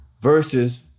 versus